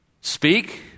Speak